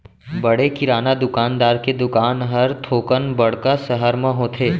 बड़े किराना दुकानदार के दुकान हर थोकन बड़का सहर म होथे